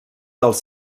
dels